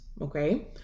okay